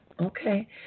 okay